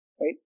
right